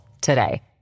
today